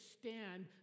stand